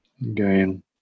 Again